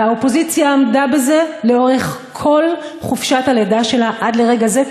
והאופוזיציה עמדה בזה לאורך כל חופשת הלידה שלה עד לרגע זה,